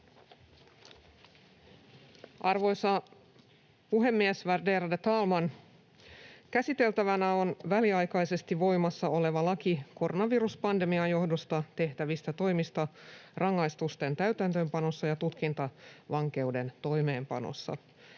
Arvoisa puhemies, värderade talman! Käsiteltävänä on väliaikaisesti voimassa oleva laki koronaviruspandemian johdosta tehtävistä toimista rangaistusten täytäntöönpanossa ja tutkintavankeuden toimeenpanossa.